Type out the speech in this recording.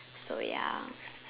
so ya